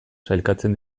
sailkatzen